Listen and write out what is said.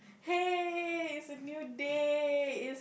hey it's a new day